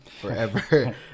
forever